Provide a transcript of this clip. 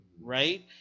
right